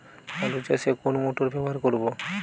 আলু চাষে কোন মোটর ব্যবহার করব?